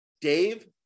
Dave